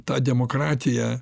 tą demokratiją